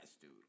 dude